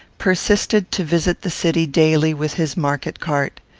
persisted to visit the city daily with his market-cart.